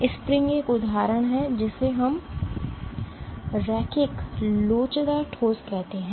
spring एक उदाहरण है जिसे हम रैखिक लोचदार ठोस कहते हैं